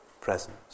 presence